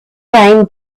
time